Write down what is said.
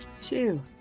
two